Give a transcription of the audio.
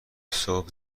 صبح